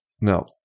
No